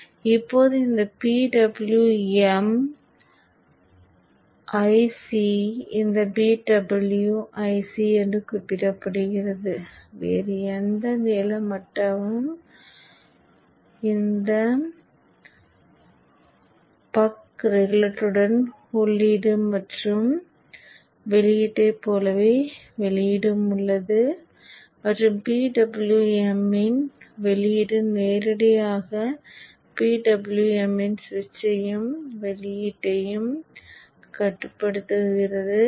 இப்போது இந்த PWM IC இந்த PWM IC என்று குறிப்பிடப்படுகிறது வேறு எந்த நில மட்டமும் இதைக் குறிப்பிடுகிறது இந்த பக் ரெகுலேட்டருக்கான உள்ளீடு மற்றும் உள்ளீட்டைப் போலவே வெளியீடும் உள்ளது மற்றும் PWM இன் வெளியீடு நேரடியாக PWM இன் சுவிட்சையும் வெளியீட்டையும் கட்டுப்படுத்துகிறது